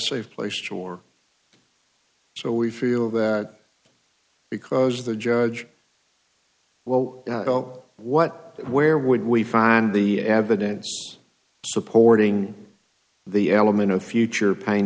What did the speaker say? safe place to or so we feel that because the judge well what where would we find the evidence supporting the element of future pain